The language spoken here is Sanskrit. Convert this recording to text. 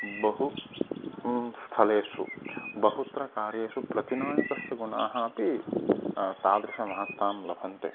बहु स्थलेषु बहुत्र कार्येषु प्रतिनायकस्य गुणाः अपि तादृशं महत्त्वं लभन्ते